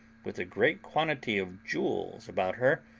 with a great quantity of jewels about her,